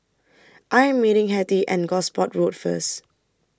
I Am meeting Hetty and Gosport Road First